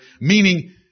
meaning